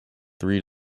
three